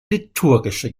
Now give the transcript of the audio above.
liturgische